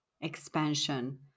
expansion